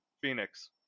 Phoenix